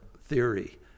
theory